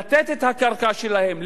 לתת את הקרקע שלהם,